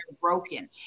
broken